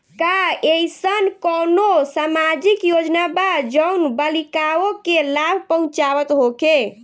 का एइसन कौनो सामाजिक योजना बा जउन बालिकाओं के लाभ पहुँचावत होखे?